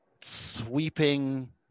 sweeping